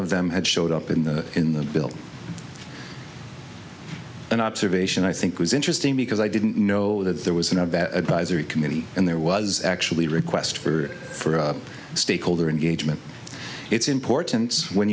of them had showed up in the in the bill an observation i think was interesting because i didn't know that there was an advisory committee and there was actually a request for it for a stakeholder engagement it's important when